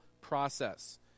process